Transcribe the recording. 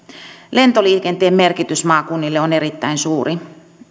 lentoliikenteen merkitys maakunnille on erittäin suuri